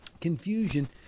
confusion